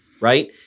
right